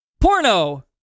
Porno